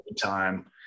time